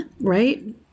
right